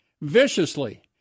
viciously